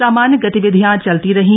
सामान्य गतिविधियां चलती रहीं